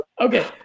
Okay